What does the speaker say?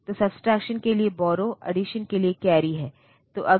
इसलिए हमें यह Vcc मिला है जो कि पावर सप्लाई पिन है तब हमें यह X1 और x2 मिला है